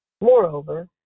Moreover